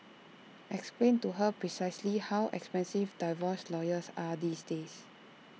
explain to her precisely how expensive divorce lawyers are these days